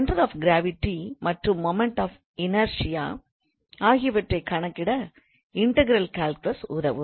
centre of gravity மற்றும் moment of inertia ஆகியவற்றை கணக்கிட இன்டகிரல் கால்குலஸ் உதவும்